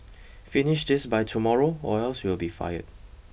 finish this by tomorrow or else you'll be fired